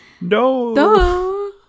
no